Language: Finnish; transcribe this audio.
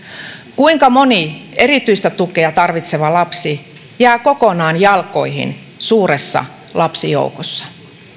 kuinka moni erityistä tukea tarvitseva lapsi jää kokonaan jalkoihin suuressa lapsijoukossa